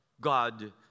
God